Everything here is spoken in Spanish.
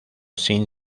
sin